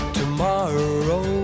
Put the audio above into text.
tomorrow